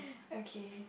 okay